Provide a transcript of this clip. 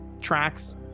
tracks